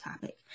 topic